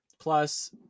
Plus